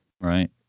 right